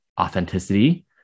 authenticity